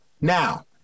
Now